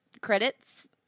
credits